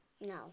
No